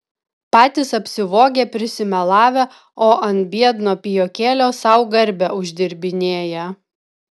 patys apsivogę prisimelavę o ant biedno pijokėlio sau garbę uždirbinėja